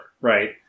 right